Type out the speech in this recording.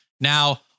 Now